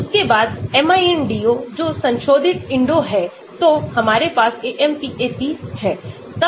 उसके बाद MINDO जो संशोधित INDO है तो हमारे पास AMPAC है